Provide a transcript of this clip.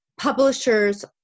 publishers